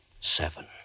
Seven